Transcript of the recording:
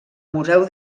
museu